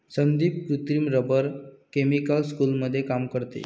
संदीप कृत्रिम rubber chemical स्कूलमध्ये काम करते